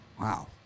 Wow